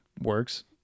works